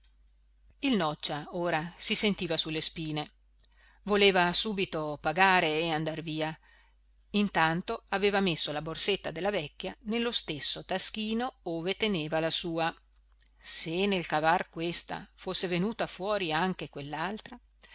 il noccia ora si sentiva su le spine voleva subito pagare e andar via intanto aveva messo la borsetta della vecchia nello stesso taschino ove teneva la sua se nel cavar questa fosse venuta fuori anche